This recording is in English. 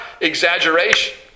exaggeration